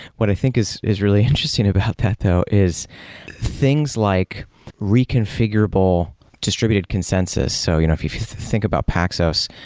what i think is is really interesting about that though is things like reconfigurable distributed consensus. so you know if if you think about paxos,